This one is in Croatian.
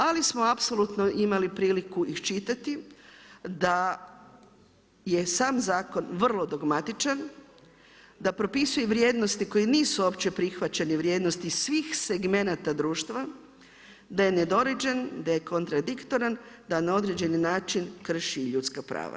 Ali smo apsolutno imali priliku izčitati da je sam zakon vrlo dogmatičan, da propisuje vrijednosti koje nisu opće prihvaćene vrijednosti svih segmenata društva, da je nedorađen, da je kontradiktoran, da na određeni način krši ljudska prava.